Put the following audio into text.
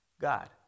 God